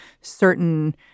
certain